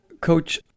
Coach